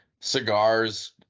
Cigars